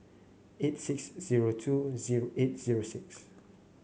eight six zero two zero eight zero six